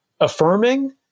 affirming